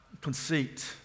conceit